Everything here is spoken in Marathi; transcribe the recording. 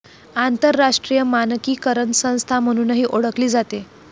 आंतरराष्ट्रीय मानकीकरण संस्था म्हणूनही ओळखली जाते